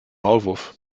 maulwurf